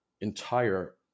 entire